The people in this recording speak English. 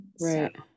Right